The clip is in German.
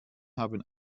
haben